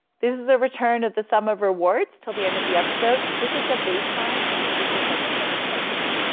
this is a return of the sum of rewards till the end of the episode. this is a baseline which is like a fixed function.